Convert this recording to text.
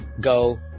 go